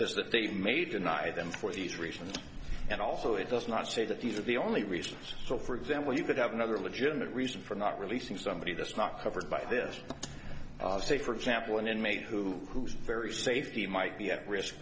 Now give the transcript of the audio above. is that they may deny them for these reasons and also it does not say that these are the only reasons so for example you could have another legitimate reason for not releasing somebody that's not covered by this say for example an inmate who very safety might be at risk